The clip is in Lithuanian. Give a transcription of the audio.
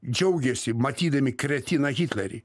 džiaugėsi matydami kretiną hitlerį